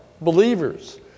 believers